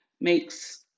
makes